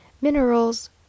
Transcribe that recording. minerals